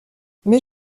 mais